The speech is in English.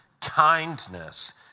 kindness